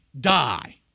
die